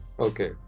Okay